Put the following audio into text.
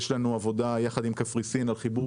יש לנו עבודה יחד עם קפריסין על חיבור